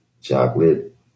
Chocolate